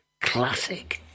classic